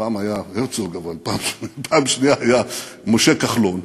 פעם היה הרצוג, אבל פעם שנייה היה משה כחלון,